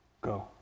go